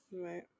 right